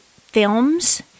films